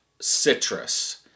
citrus